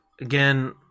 again